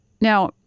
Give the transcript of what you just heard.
Now